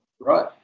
Right